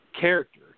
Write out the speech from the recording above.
character